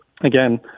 Again